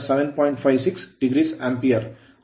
56 o Ampere ampere ಐ289